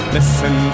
Listen